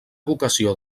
vocació